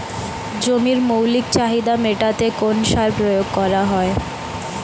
জমির মৌলিক চাহিদা মেটাতে কোন সার প্রয়োগ করা হয়?